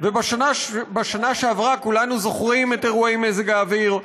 ובשנה שעברה כולנו זוכרים את אירועי מזג האוויר.